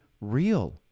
real